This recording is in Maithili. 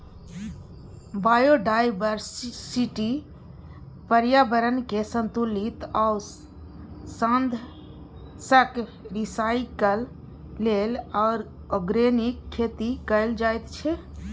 बायोडायवर्सिटी, प्रर्याबरणकेँ संतुलित आ साधंशक रिसाइकल लेल आर्गेनिक खेती कएल जाइत छै